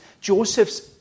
Joseph's